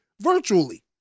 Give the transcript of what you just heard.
Virtually